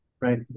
right